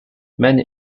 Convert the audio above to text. many